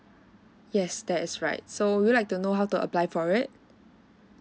yes that's right so would you like to know how to apply for it